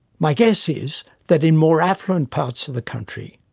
my guess is that in more affluent parts of the country,